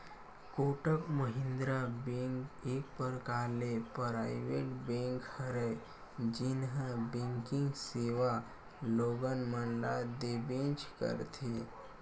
Kotak Mahindra bank एक परकार ले पराइवेट बेंक हरय जेनहा बेंकिग सेवा लोगन मन ल देबेंच करथे